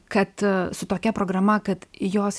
kad su tokia programa kad jos